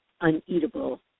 uneatable